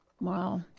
wow